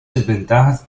desventajas